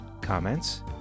Comments